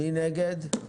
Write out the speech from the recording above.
מי נגד?